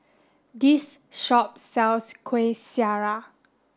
this shop sells Kuih Syara